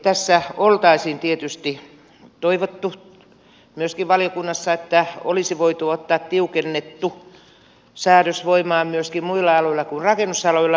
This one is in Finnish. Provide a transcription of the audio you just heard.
tässä oltaisiin tietysti toivottu myöskin valiokunnassa että olisi voitu ottaa tiukennettu säädös voimaan myöskin muilla aloilla kuin rakennusalalla